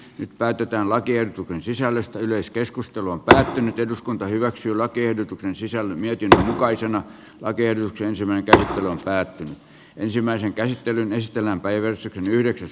nyt päätetään lakiehdotuksen sisällöstä yleiskeskustelu on päättynyt eduskunta hyväksyy lakiehdotukseen sisälly mietintö jokaisen aikeet ensimmäinen päättyi ensimmäisen käsittelyn ystävänpäiväys yhdeksäs